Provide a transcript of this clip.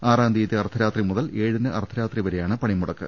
ആറാം തീയതി അർദ്ധരാത്രി മുതൽ ഏഴിന് അർദ്ധരാത്രി വരെയാണ് പണിമുടക്ക്